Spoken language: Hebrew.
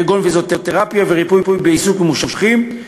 כגון פיזיותרפיה וריפוי בעיסוק ממושכים,